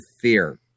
fear